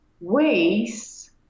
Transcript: ways